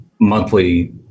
monthly